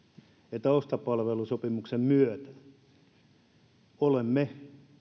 että ostopalvelusopimuksen myötä olemme